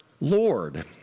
Lord